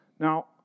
Now